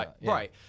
Right